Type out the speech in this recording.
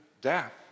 death